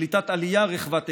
קליטת עלייה רחבת היקף,